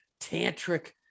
tantric